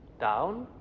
down